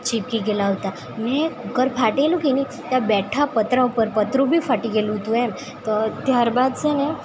ચીપકી ગયેલાં હતાં ને કૂકર ફાટેલું કે નઇ ત્યાં બેઠા પતરાં ઉપર પતરું બી ફાટી ગયેલું હતું એમ તો ત્યાર બાદ છેને